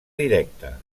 directa